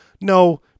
No